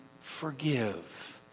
forgive